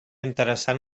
interessant